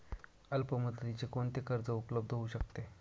अल्पमुदतीचे कोणते कर्ज उपलब्ध होऊ शकते?